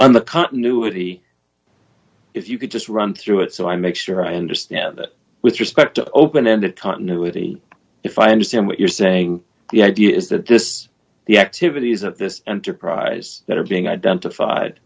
and the continuity if you could just run through it so i make sure i understand that with respect to open ended continuity if i understand what you're saying the idea is that this the activities of this enterprise that are being identified